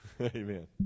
Amen